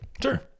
sure